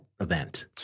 event